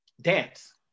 dance